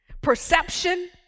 perception